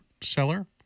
seller